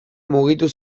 mugitu